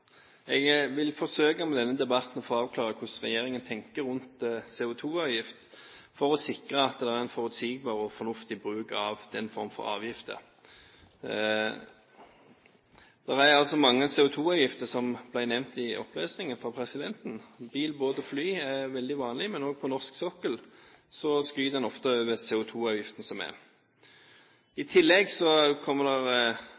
Jeg vil forsøke med denne debatten å få avklart hvordan regjeringen tenker rundt CO2-avgift, for å sikre at det er en forutsigbar og fornuftig bruk av denne formen for avgifter. Det er mange CO2-avgifter som ble nevnt i opplesningen fra presidenten. Bil, båt og fly er veldig vanlig, men også på norsk sokkel skryter en ofte av den CO2-avgiften som er der. I